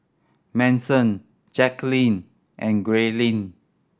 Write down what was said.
Manson Jacquelin and Grayling